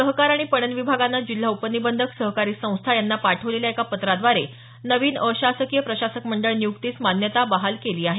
सहकार आणि पणन विभागानं जिल्हा उपनिबंधक सहकारी संस्था यांना पाठवलेल्या एका पत्राद्वारे नवीन अशासकीय प्रशासक मंडळ निय्क्तीस मान्यता बहाल केली आहे